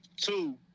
Two